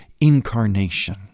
incarnation